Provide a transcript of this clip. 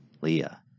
Leah